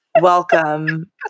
Welcome